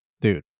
dude